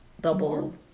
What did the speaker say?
double